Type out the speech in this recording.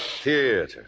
theater